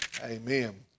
amen